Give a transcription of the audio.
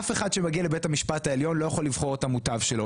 אף אחד שמגיע לבית המשפט העליון לא יכול לבחור את המוטב שלו.